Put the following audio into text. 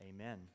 amen